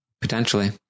Potentially